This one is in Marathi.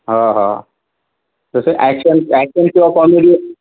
हां हां जसे ॲक्शन ॲक्शन किंवा कॉमेडी